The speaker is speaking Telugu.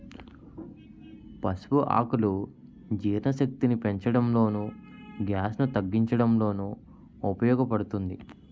పసుపు ఆకులు జీర్ణశక్తిని పెంచడంలోను, గ్యాస్ ను తగ్గించడంలోనూ ఉపయోగ పడుతుంది